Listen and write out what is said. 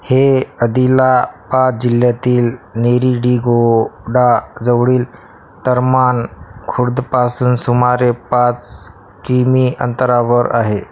हे अदिलाबाद जिल्ह्यातील नेरीडीगोडाजवळील तरमान खुर्दपासून सुमारे पाच कि मी अंतरावर आहे